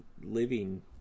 living